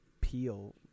peel